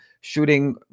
shooting